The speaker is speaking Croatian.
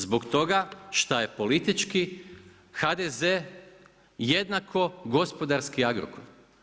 Zbog toga što je politički HDZ, jednako gospodarski Agrokor.